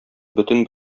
бөтен